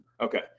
Okay